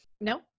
No